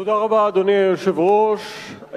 אדוני היושב-ראש,